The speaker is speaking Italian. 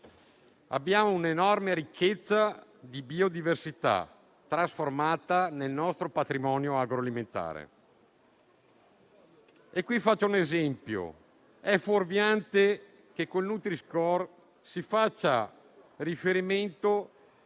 Abbiamo un'enorme ricchezza di biodiversità trasformata nel nostro patrimonio agroalimentare. Faccio un esempio. È fuorviante che con il nutri-score si faccia riferimento